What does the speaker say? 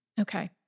Okay